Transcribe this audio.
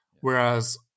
Whereas